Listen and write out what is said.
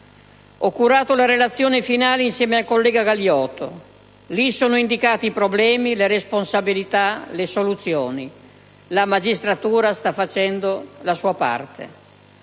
Ho curato la relazione finale insieme al collega Galioto, nella quale sono indicati i problemi, le responsabilità, le soluzioni; la magistratura sta facendo la sua parte.